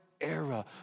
era